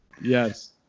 Yes